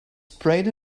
sprayed